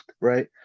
right